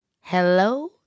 hello